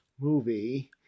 movie